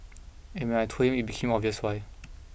and when I told him it became obvious why